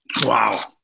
Wow